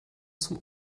zum